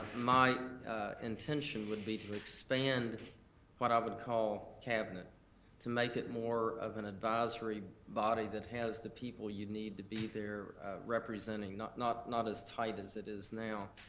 my intention would be to expand what i would call cabinet to make it more of an advisory body that has the people you'd need to be there representing, not not as tight as it is now,